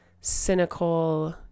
cynical